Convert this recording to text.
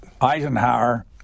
Eisenhower